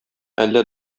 әллә